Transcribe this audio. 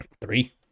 Three